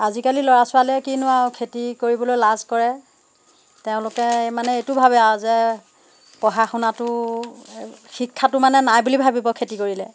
আজিকালি ল'ৰা ছোৱালীয়ে কিনো আৰু খেতি কৰিবলৈ লাজ কৰে তেওঁলোকে মানে এইটো ভাবে আৰু যে পঢ়া শুনাটো শিক্ষাটো মানে নাই বুলি ভাবিব খেতি কৰিলে